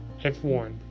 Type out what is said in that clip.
F1